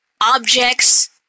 objects